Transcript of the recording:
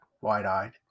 wide-eyed